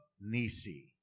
Nisi